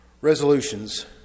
resolutions